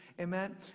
Amen